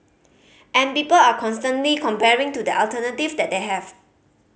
and people are constantly comparing to the alternative that they have